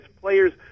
players